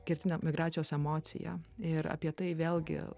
kertiniė migracijos emocija ir apie tai vėlgi